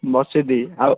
ବର୍ଷେ ଦୁଇ ଆଉ